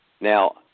Now